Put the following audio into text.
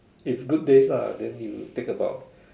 if good days lah then you take about